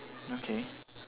okay